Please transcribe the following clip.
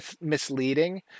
misleading